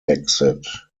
exit